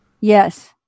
Yes